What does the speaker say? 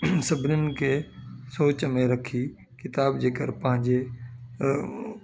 सभिनीनि खे सोच में रखी किताब जेकर पंहिंजे